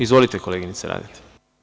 Izvolite, koleginice Radeta.